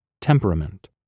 Temperament